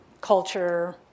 culture